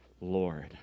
Lord